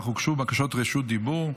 אך הוגשו בקשות רשות דיבור.